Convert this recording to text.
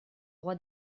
roi